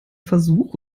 versuch